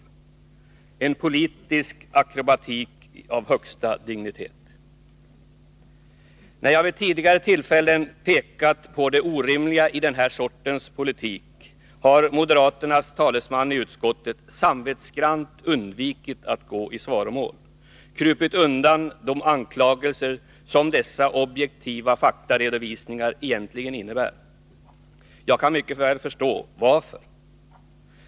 Det är en politisk akrobatik av högsta dignitet. När jag vid tidigare tillfällen pekat på det orimliga i den här sortens politik har moderaternas talesman i utskottet samvetsgrant undvikit att gå i svaromål, krupit undan de anklagelser som dessa objektiva faktaredovisningar egentligen innebär. Jag kan mycket väl förstå varför.